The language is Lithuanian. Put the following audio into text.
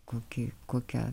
kokį kokią